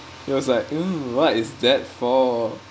he was like oh what is that for